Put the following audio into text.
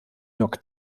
york